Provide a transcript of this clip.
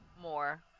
more